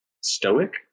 stoic